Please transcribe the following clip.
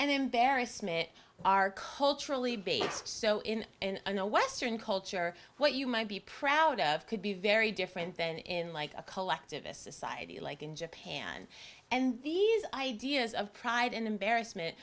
embarrassment are culturally based so in and in a western culture what you might be proud of could be very different than in like a collectivist society like in japan and these ideas of pride and embarrassment